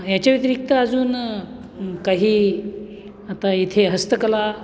याच्या व्यतिरिक्त अजून काही आता इथे हस्तकला